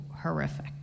horrific